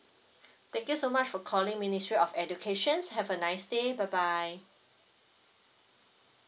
thank you so much for calling ministry of education have a nice day bye bye